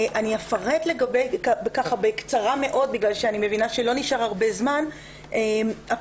אפרט בקצרה מאוד בגלל שאני מבינה שלא נשאר זמן רב.